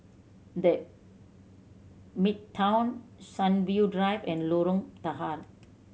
The Midtown Sunview Drive and Lorong Tahar